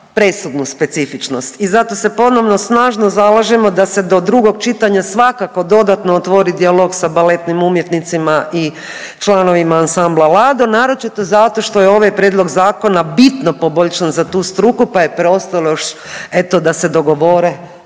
presudnu specifičnost i zato se ponovno snažno zalažemo da se do drugog čitanja svakako dodatno otvori dijalog sa baletnim umjetnicima i članovima ansambla Lado, naročito zato što je ovaj prijedlog zakona bitno poboljšan za tu struku, pa je preostalo još eto da se dogovore